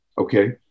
okay